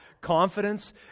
confidence